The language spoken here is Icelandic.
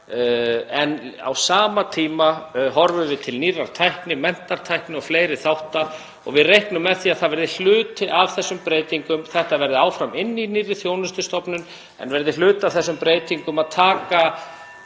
en á sama tíma horfum við til nýrrar tækni, menntatækni og fleiri þátta. Við reiknum með að það verði hluti af þessum breytingum, þetta verði áfram inni í nýrri þjónustustofnun en verði hluti af þessum breytingum að taka